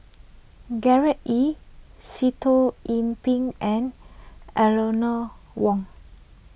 Gerard Ee Sitoh Yih Pin and Eleanor Wong